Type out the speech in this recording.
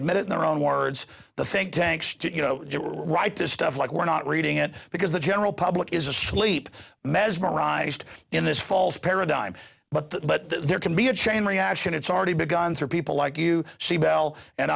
admitted their own words the think tanks to you know write to stuff like we're not reading it because the general public is asleep mesmerized in this false paradigm but that but that there can be a chain reaction it's already begun for people like you she bell and